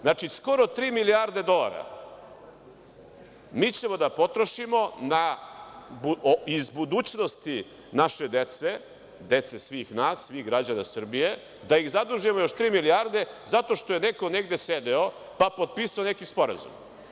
Znači, skoro tri milijarde dolara mi ćemo da potrošimo iz budućnosti naše dece, dece svih nas, svih građana Srbije, da ih zadužimo još tri milijarde zato što je neko negde sedeo, pa potpisao neki sporazum.